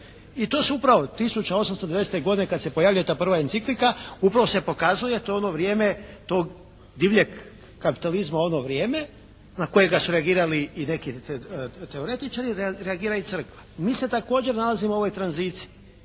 I to se upravo 1890. godine kad se pojavljuje ta prva enciklika upravo se pokazuje to ono vrijeme tog divljeg kapitalizma u ono vrijeme na kojega su reagirali i neki teoretičari, reagira i crkva. Mi se također nalazimo u ovoj tranziciji